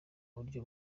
buryo